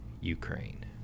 Ukraine